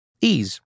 Ease